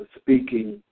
speaking